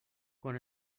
quan